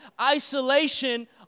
Isolation